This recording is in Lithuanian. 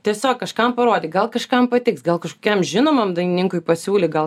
tiesiog kažkam parodyk gal kažkam patiks gal kažkokiam žinomam dainininkui pasiūlyk gal